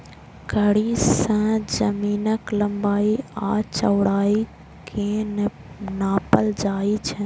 कड़ी सं जमीनक लंबाइ आ चौड़ाइ कें नापल जाइ छै